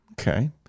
Okay